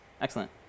Excellent